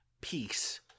peace